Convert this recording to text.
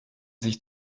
sich